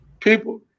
People